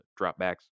dropbacks